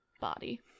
body